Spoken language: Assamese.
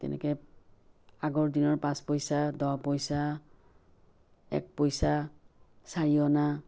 তেনেকে আগৰ দিনৰ পাঁচ পইচা দহ পইচা এক পইচা চাৰি অনা